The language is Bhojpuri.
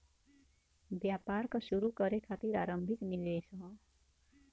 व्यापार क शुरू करे खातिर आरम्भिक निवेश हौ